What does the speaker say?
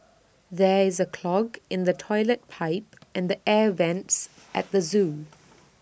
there is A clog in the Toilet Pipe and the air Vents at the Zoo